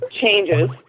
changes